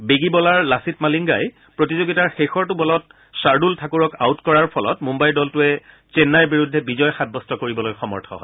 বেগী বলাৰ লাচিত মালিংগাই প্ৰতিযোগিতাৰ শেষৰটো বলত খাদুল ঠাকুৰক আউট কৰা ফলত মুন্নাইৰ দলটোৰে চেন্নাইৰ বিৰুদ্ধে বিজয় সাব্যস্ত কৰিবলৈ সমৰ্থ হয়